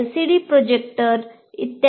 LCD projector e